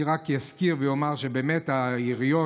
אני רק אזכיר ואומר שבאמת העיריות,